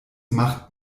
macht